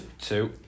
Two